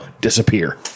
disappear